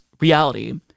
reality